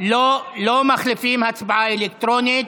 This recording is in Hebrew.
לא מחליפים הצבעה אלקטרונית,